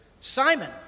Simon